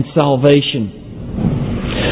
salvation